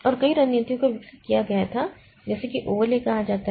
और कई रणनीतियों को विकसित किया गया था जैसे कि ओवरले कहा जाता है